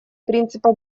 принципа